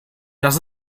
das